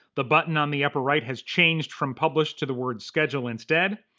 the button on the upper right has changed from publish to the word schedule instead.